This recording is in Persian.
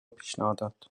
پیشنهادات